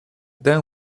then